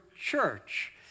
church